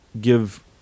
give